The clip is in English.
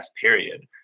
period